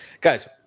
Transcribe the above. Guys